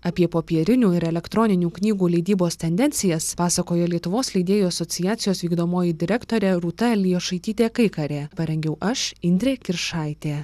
apie popierinių ir elektroninių knygų leidybos tendencijas pasakoja lietuvos leidėjų asociacijos vykdomoji direktorė rūta elijošaitytė kaikarė parengiau aš indrė kiršaitė